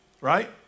Right